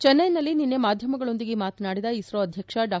ಚೆನ್ನೈನಲ್ಲಿ ನಿನ್ನೆ ಮಾಧ್ವಮಗಳೊಂದಿಗೆ ಮಾತನಾಡಿದ ಇಸ್ರೊ ಅಧ್ವಕ್ಷ ಡಾ